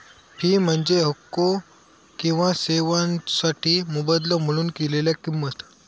fee म्हणजे हक्को किंवा सेवोंसाठी मोबदलो म्हणून दिलेला किंमत